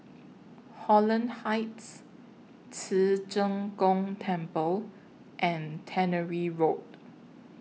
Holland Heights Ci Zheng Gong Temple and Tannery Road